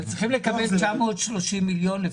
הם צריכים לקבל 930 מיליון.